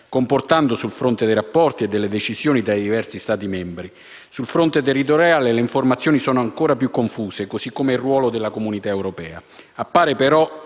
comportando sul fronte dei rapporti e delle decisioni tra i diversi Stati membri. Sul fronte territoriale, le informazioni sono ancora più confuse, così come il ruolo della comunità europea. Appare, però,